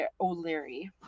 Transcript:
O'Leary